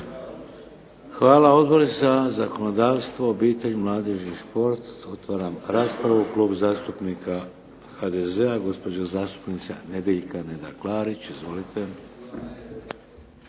Hvala. Odbor za zakonodavstvo, obitelj, mladež i šport? Otvaram raspravu. Klub zastupnika HDZ-a, gospođa zastupnica Nedjeljka Neda Klarić. Izvolite.